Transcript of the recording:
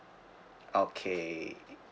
okay